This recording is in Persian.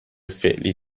فعلی